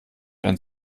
ein